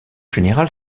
général